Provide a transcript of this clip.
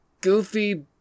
goofy